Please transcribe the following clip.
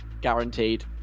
Guaranteed